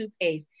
page